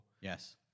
Yes